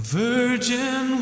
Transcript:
virgin